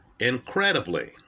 Incredibly